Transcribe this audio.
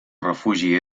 refugi